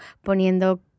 poniendo